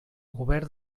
govern